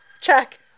Check